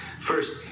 First